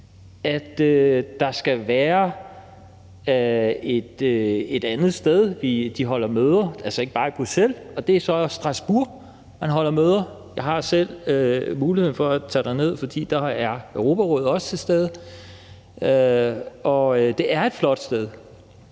at der skal være et andet sted, de holder møder, altså ikke bare i Bruxelles, og det er så i Strasbourg, man holder møder. Jeg har selv muligheden for at tage derned, for der er Europarådet også til stede. Og det er et flot sted,